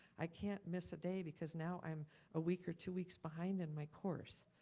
i can't miss a day because now i'm a week or two weeks behind in my course.